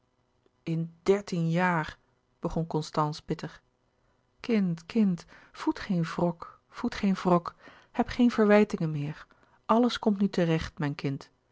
in dertien jaar begon constance bitter kind kind voed geen louis couperus de boeken der kleine zielen wrok voed geen wrok heb geen verwijtingen meer alles komt nu terecht mijn kind